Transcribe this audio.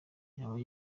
yaba